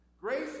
Grace